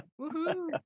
Woohoo